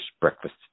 breakfast